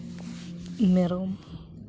ᱢᱮᱨᱚᱢ